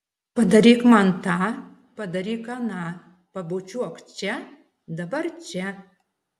padaryk man tą padaryk aną pabučiuok čia dabar čia